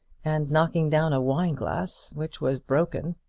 and knocking down a wine-glass, which was broken.